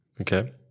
Okay